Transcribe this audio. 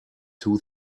two